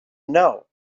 know